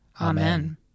Amen